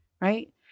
Right